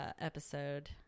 episode